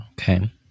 Okay